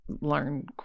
learn